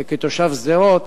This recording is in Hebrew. וכתושב שדרות